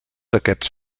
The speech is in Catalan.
aquests